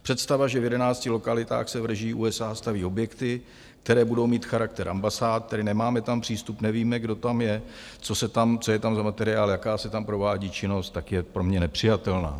Představa, že v jedenácti lokalitách se v režii USA staví objekty, které budou mít charakter ambasád, tedy nemáme tam přístup, nevíme, kdo tam je, co je tam za materiál, jaká se tam provádí činnost, je pro mě nepřijatelná.